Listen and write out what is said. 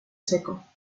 seco